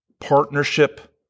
partnership